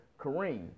Kareem